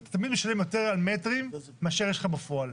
אתה תמיד משלם יותר על מטרים מאשר יש לך בפועל.